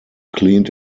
cleaned